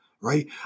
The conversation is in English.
right